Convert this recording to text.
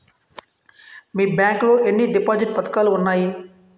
మీ bank లో ఎన్ని deposit పథకాలు ఉన్నాయి?